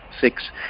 six